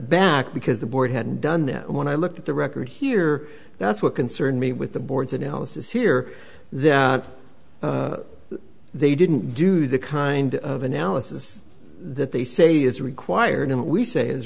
back because the board hadn't done that when i looked at the record here that's what concerns me with the board's analysis here that they didn't do the kind of analysis that they say is required and we say